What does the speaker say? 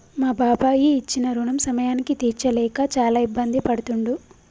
మా బాబాయి ఇచ్చిన రుణం సమయానికి తీర్చలేక చాలా ఇబ్బంది పడుతుండు